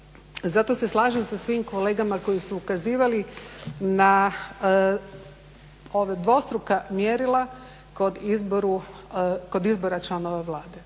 Zato se slažem sa svim kolegama koji su ukazivali na ova dvostruka mjerila kod izboru, kod izbora članova Vlade.